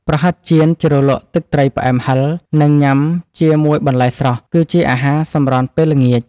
ប្រហិតចៀនជ្រលក់ទឹកត្រីផ្អែមហិរ និងញ៉ាំជាមួយបន្លែស្រស់ គឺជាអាហារសម្រន់ពេលល្ងាច។